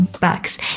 bucks